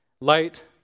Light